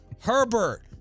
Herbert